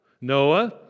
Noah